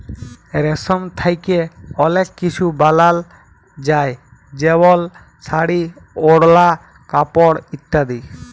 রেশম থ্যাকে অলেক কিছু বালাল যায় যেমল শাড়ি, ওড়লা, কাপড় ইত্যাদি